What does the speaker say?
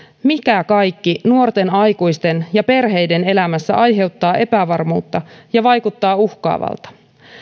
mikä kaikki nuorten aikuisten ja perheiden elämässä aiheuttaa epävarmuutta ja vaikuttaa uhkaavalta